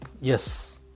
Yes